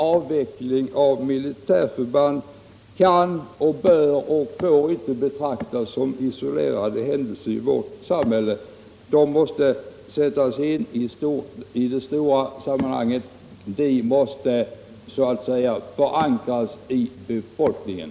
Avvecklingen av militärförband kan och får inte betraktas såsom isolerade händelser i vårt samhälle. De måste sättas in i det stora sammanhanget och förankras i befolkningen.